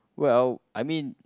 well I mean